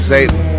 Satan